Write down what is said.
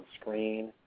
screen